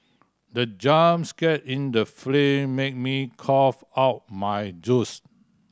the jump scare in the film made me cough out my juice